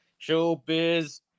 Showbiz